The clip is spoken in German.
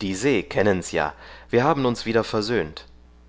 die se kennen's ja wir haben uns wieder versöhnt